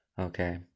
Okay